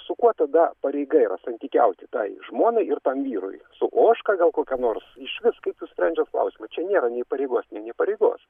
su kuo tada pareiga yra santykiauti tai žmonai ir tam vyrui su ožka gal kokia nors iš vis kaip jūs sprendžiat klausimą čia nėra nei pareigos nei ne pareigos